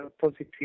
positive